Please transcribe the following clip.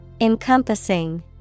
Encompassing